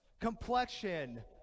complexion